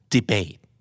Debate